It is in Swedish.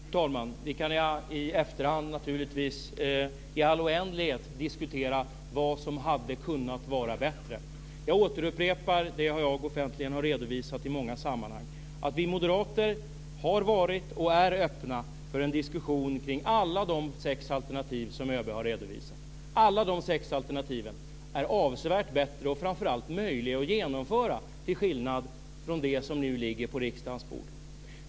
Fru talman! Vi kan i efterhand i all oändlighet diskutera vad som hade kunnat vara bättre. Jag återupprepar det jag offentligen har redovisat i många sammanhang. Vi moderater har varit och är öppna för en diskussion kring alla de sex alternativ som ÖB har redovisat. Alla de sex alternativen är avsevärt bättre och framför allt möjliga att genomföra, till skillnad från det som nu ligger på riksdagens bord.